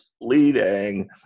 leading